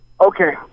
Okay